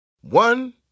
One